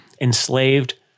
enslaved